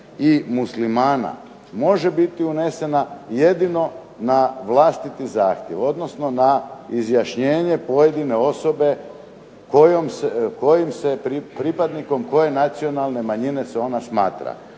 i Muslimana može biti unesena jedino na vlastiti zahtjev odnosno na izjašnjenje pojedine osobe pripadnikom koje nacionalne manjine se ona smatra.